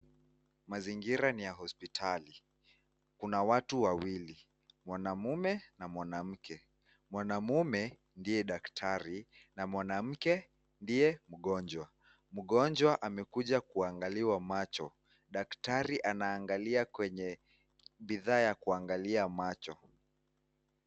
Mazingira ni ya hospitali. Kuna watu wawili. Mwanamume na mwanamke. Mwanamume ndiye daktari na mwanamke ndiye mgonjwa. Mgonjwa amekuja kuangaliwa macho. Daktari anaangalia kwenye bidhaa ya kuangalia macho.